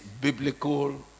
biblical